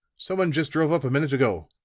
someone just drove up a minute ago,